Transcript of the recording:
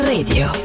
Radio